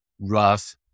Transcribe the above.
rough